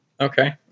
Okay